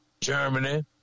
Germany